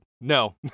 No